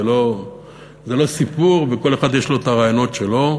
זה לא סיפור, וכל אחד יש לו את הרעיונות שלו.